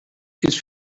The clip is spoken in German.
ist